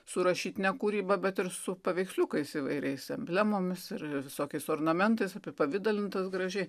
su rašytine kūryba bet ir su paveiksliukais įvairiais emblemomis ir visokiais ornamentais apipavidalintas gražiai